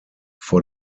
vor